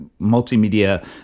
multimedia